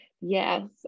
Yes